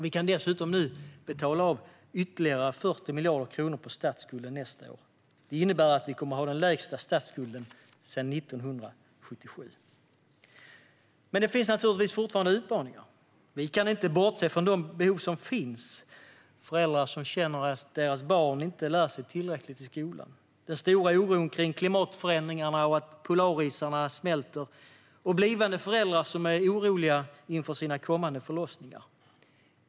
Vi kan dessutom nu betala av ytterligare 40 miljarder kronor på statsskulden nästa år. Det innebär att vi kommer ha den lägsta statsskulden sedan 1977. Men det finns fortfarande utmaningar. Vi kan inte bortse från de behov som finns. Det handlar om föräldrar som känner att deras barn inte lär sig tillräckligt i skolan, den stora oron för klimatförändringarna och att polarisarna smälter, och blivande föräldrar som är oroliga inför sina kommande förlossningar.